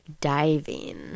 diving